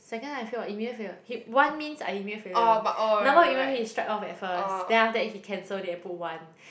second time I failed what immediate fail he one means I immediate failure number of he strike off at first then after that he cancel it and put one